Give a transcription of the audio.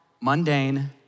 mundane